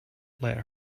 let